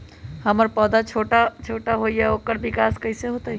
हमर पौधा छोटा छोटा होईया ओकर विकास कईसे होतई?